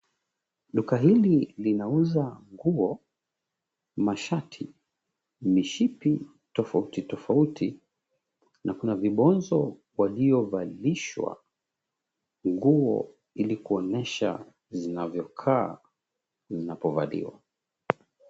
Duka hili linauza nguo, mashati, mishipi tofauti tofauti, na kuna vibonzo waliovalishwa nguo ili kuonyesha zinavyokaa zinapovaliwa.